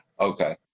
Okay